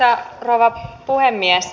arvoisa rouva puhemies